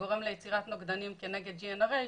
שגורם ליצירת נוגדנים כנגד GNRH,